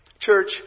Church